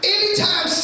Anytime